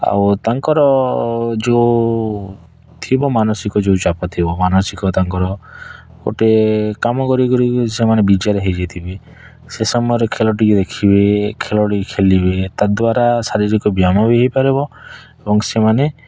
ଆଉ ତାଙ୍କର ଯେଉଁ ଥିବ ମାନସିକ ଯେଉଁ ଚାପ ଥିବ ମାନସିକ ତାଙ୍କର ଗୋଟେ କାମ କରି କରି ସେମାନେ ବିଜାର ହେଇଯାଇଥିବେ ସେ ସମୟରେ ଖେଳ ଟିକେ ଦେଖିବେ ଖେଳ ଟିକେ ଖେଳିବେ ତା'ଦ୍ୱାରା ଶାରୀରିକ ବ୍ୟାୟାମ ବି ହେଇପାରିବ ଏବଂ ସେମାନେ